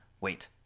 Wait